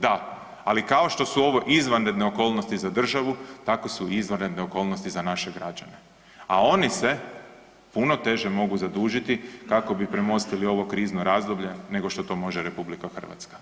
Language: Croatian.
Da, ali kao što su ovo izvanredne okolnosti za države, tako su i izvanredne okolnosti za naše građane, a oni se puno teže mogu zadužiti kako bi premostili ovo krizno razdoblje nego što to može RH.